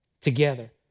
together